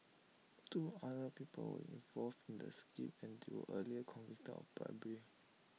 two other people involved in the scheme and do earlier convicted of bribery